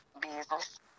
business